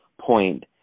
point